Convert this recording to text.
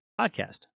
podcast